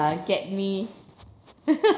get me